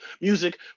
music